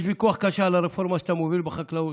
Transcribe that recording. יש ויכוח קשה על הרפורמה שאתה מוביל בחקלאות,